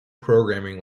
programming